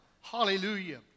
Hallelujah